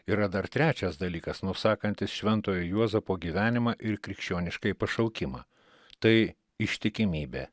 yra dar trečias dalykas nusakantis šventojo juozapo gyvenimą ir krikščioniškąjį pašaukimą tai ištikimybė